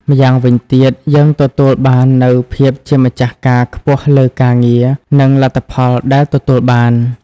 ម្យ៉ាងវិញទៀត យើងទទួលបាននូវភាពជាម្ចាស់ការខ្ពស់លើការងារ និងលទ្ធផលដែលទទួលបាន។